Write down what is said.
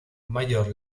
major